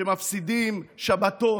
שמפסידים שבתות